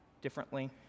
differently